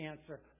answer